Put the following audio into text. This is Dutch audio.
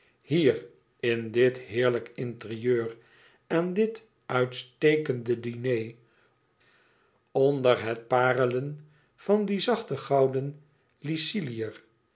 hier in dit heerlijk interieur aan dit uitstekende diner onder het parelen van dien zacht gouden lyciliër